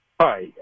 Hi